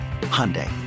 Hyundai